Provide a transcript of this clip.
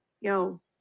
yo